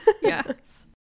Yes